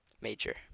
Major